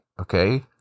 Okay